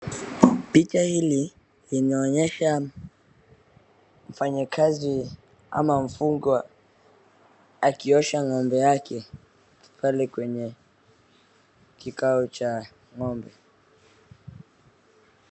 Picha hili inaonyesha mfanyikazi ama mfugwa akiosha ng'ombe yake pale kwenye kikao cha ng'ombe.